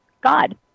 God